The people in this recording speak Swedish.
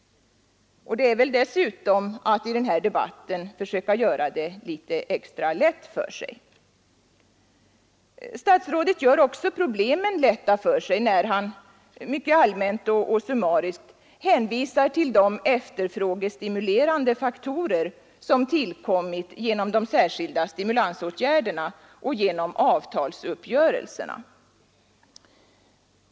Det är dessutom att i denna debatt försöka göra det litet extra lätt för sig. Statsrådet gör också problemen lätta för sig när han — mycket allmänt och summariskt — hänvisar till de efterfrågestimulerande faktorer som har tillkommit genom de särskilda stimulansåtgärderna och genom avtalsuppgörelserna.